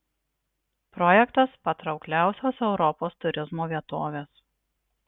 projektas patraukliausios europos turizmo vietovės